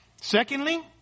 Secondly